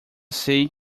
sei